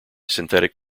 synthetic